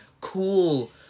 cool